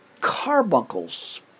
carbuncles